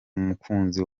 mukunzi